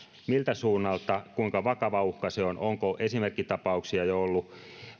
miltä suunnalta kuinka vakava uhka se on onko esimerkkitapauksia jo ollut